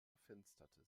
verfinsterte